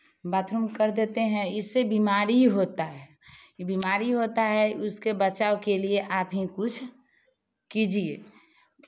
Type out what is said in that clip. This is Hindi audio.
बाथरूम कर देते हैं इससे बीमारी होता है ये बीमारी होता है उसके बचाव के लिए आप ही कुछ कीजिए